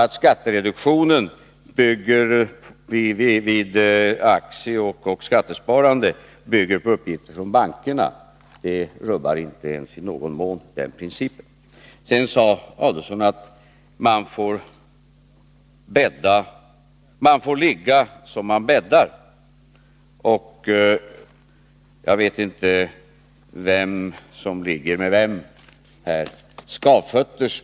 Att skattereduktionen vid aktieoch skattesparandet bygger på uppgifter från bankerna rubbar inte ens i någon mån den principen. Ulf Adelsohn sade att man får ligga som man bäddar. Jag vet inte vem som ligger med vem här.